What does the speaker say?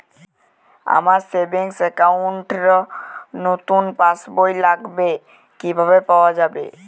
আমার savings account র নতুন পাসবই লাগবে কিভাবে পাওয়া যাবে?